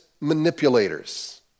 manipulators